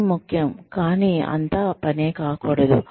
పని ముఖ్యం కాని అంతా పనే కాకూడదు